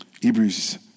Hebrews